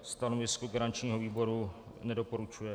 Stanovisko garančního výboru: nedoporučuje.